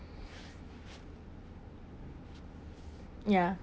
ya